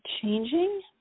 changing